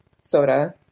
soda